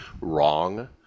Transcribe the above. wrong